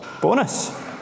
bonus